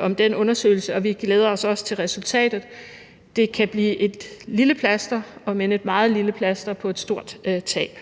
om den undersøgelse, og vi glæder os også til resultatet. Det kan blive et lille plaster – om end et meget lille plaster – på et stort tab.